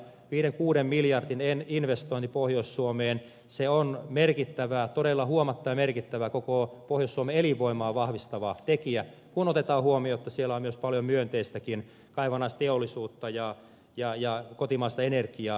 viiden kuuden miljardin investointi pohjois suomeen on merkittävä todella huomattavan merkittävä koko pohjois suomen elinvoimaa vahvistava tekijä kun otetaan huomioon että siellä on myös paljon myönteistäkin kaivannaisteollisuutta ja kotimaista energiaa